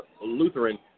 Lutheran